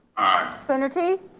coonerty.